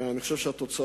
ואני חושב שהתוצאות